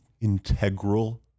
integral